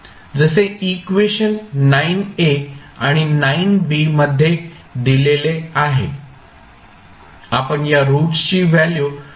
जसे इक्वेशन आणि मध्ये दिलेले आहे आपण या रूट्स ची व्हॅल्यू शोधू शकतो